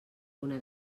una